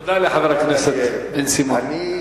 תודה לחבר הכנסת בן-סימון.